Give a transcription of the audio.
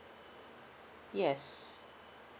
yes